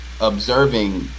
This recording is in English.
observing